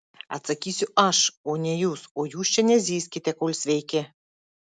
atsakysiu aš o ne jūs o jūs čia nezyzkite kol sveiki